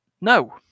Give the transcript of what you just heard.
No